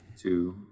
two